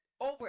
over